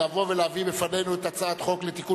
שיבוא ויביא בפנינו את הצעת חוק לתיקון